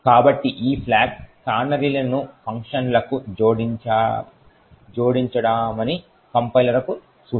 కాబట్టి ఈ ఫ్లాగ్ కానరీలను ఫంక్షన్లకు జోడించడానిమని కంపైలర్కు సూచన